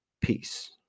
Peace